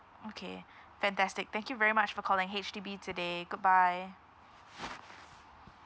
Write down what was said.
okay fantastic thank you very much for calling H_D_B today goodbye